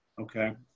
okay